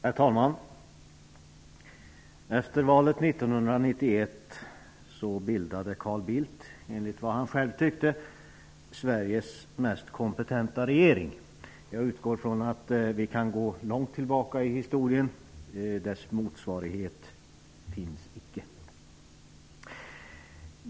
Herr talman! Efter valet 1991 bildade Carl Bildt, enligt vad han själv tyckte, Sveriges mest kompetenta regering. Jag utgår från att vi kan gå långt tillbaka i historien -- dess motsvarighet finns icke.